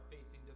facing